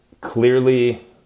clearly